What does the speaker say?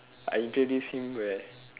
I introduce him where